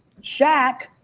shaq,